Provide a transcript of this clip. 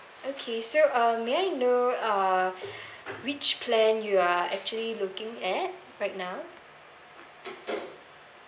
okay so uh may I know uh which plan you are actually looking at right now